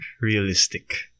realistic